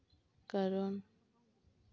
ᱠᱟᱨᱚᱱ